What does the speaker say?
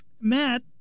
Matt